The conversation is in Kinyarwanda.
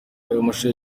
mashusho